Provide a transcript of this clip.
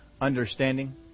understanding